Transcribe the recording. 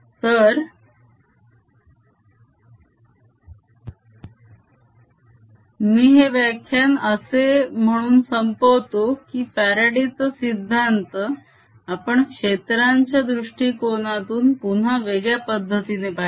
तर मी हे व्याख्यान असे म्हणून संपवतो की फ्यारडे चा सिद्धांत आपण क्षेत्रांच्या दृष्टीकोनातून पुन्हा वेगळ्या पद्धतीने पाहिला